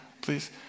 please